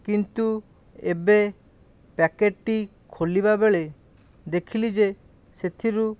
କିନ୍ତୁ ଏବେ ପ୍ୟାକେଟ୍ଟି ଖୋଲିବାବେଳେ ଦେଖିଲି ଯେ ସେଥିରୁ